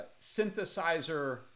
synthesizer